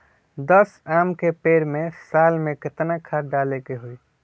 दस आम के पेड़ में साल में केतना खाद्य डाले के होई?